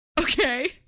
Okay